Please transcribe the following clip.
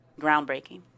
Groundbreaking